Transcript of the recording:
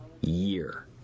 year